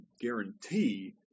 guarantee